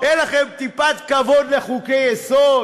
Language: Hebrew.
אין לכם טיפת כבוד לחוקי-יסוד?